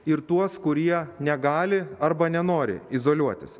ir tuos kurie negali arba nenori izoliuotis